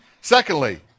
Secondly